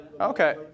Okay